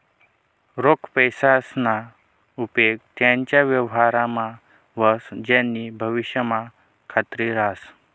रोख पैसासना उपेग त्याच व्यवहारमा व्हस ज्यानी भविष्यमा खात्री रहास